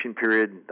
period